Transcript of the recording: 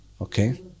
okay